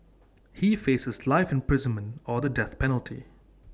he faces life imprisonment or the death penalty